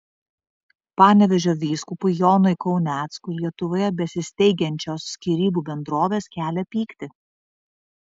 panevėžio vyskupui jonui kauneckui lietuvoje besisteigiančios skyrybų bendrovės kelia pyktį